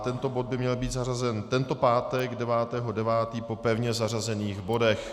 Tento bod by měl být zařazen tento pátek 9. 9. po pevně zařazených bodech.